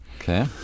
Okay